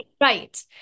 right